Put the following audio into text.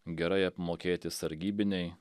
gerai apmokėti sargybiniai